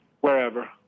wherever